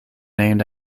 named